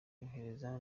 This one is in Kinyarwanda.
yohereza